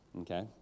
okay